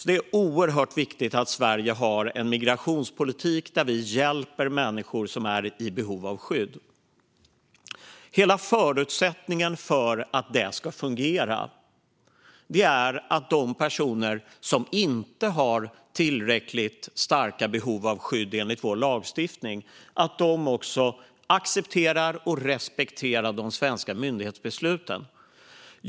Det är oerhört viktigt att Sverige har en migrationspolitik där vi hjälper människor som är i behov av skydd. Hela förutsättningen för att det ska fungera är att de personer som inte har tillräckligt starka behov av skydd enligt vår lagstiftning också accepterar och respekterar de svenska myndighetsbesluten. Fru talman!